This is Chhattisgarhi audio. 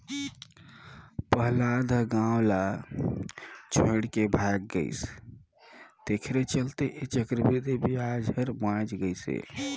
पहलाद ह गाव ल छोएड के भाएग गइस तेखरे चलते ऐ चक्रबृद्धि बियाज हर बांएच गइस हे